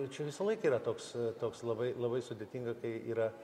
čia visąlaik yra toks toks labai labai sudėtinga kai yra